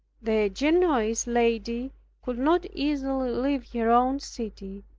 the genoese lady could not easily leave her own city,